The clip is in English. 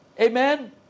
Amen